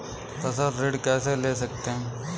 फसल ऋण कैसे ले सकते हैं?